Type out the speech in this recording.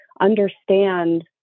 understand